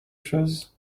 chose